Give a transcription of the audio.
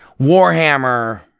Warhammer